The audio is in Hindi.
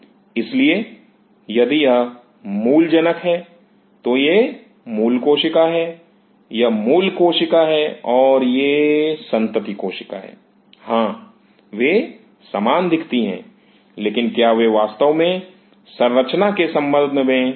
इसलिए यदि यह मूल जनक है तो यह मूल कोशिका है यह मूल कोशिका है और यह सन्तति कोशिका है हां वे समान दिखती हैं लेकिन क्या वे वास्तव में संरचना के संदर्भ में समान हैं